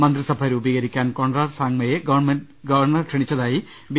മന്ത്രിസഭ രൂപീകരിക്കാൻ കോൺറാഡ് സാംഗ്മയെ ഗവർണർ ക്ഷണി ച്ചതായി ബി